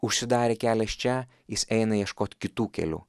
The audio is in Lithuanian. užsidarė kelias čia jis eina ieškot kitų kelių